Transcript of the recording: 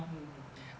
mm mm mm